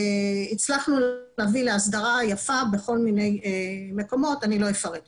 והצלחנו להביא להסדרה יפה בכל מיני מקומות ואני לא אפרט כאן.